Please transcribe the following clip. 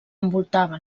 envoltava